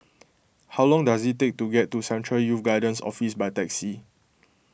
how long does it take to get to Central Youth Guidance Office by taxi